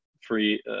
free